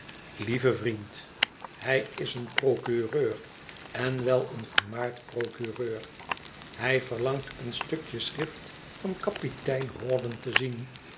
lieve vriend hij is een procureur en wel een vermaard procureur hij verlangt een stukje schrift van kapitein hawdon te zien